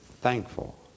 thankful